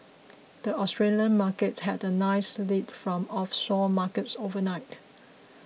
the Australian Markets had a nice lead from offshore markets overnight